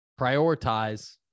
prioritize